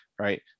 right